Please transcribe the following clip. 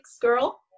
Girl